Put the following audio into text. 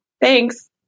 Thanks